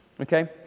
okay